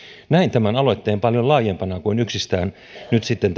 näen tämän aloitteen paljon laajempana kuin yksistään nyt sitten